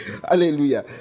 Hallelujah